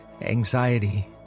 anxiety